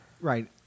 Right